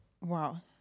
Wow